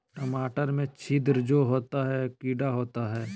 टमाटर में छिद्र जो होता है किडा होता है?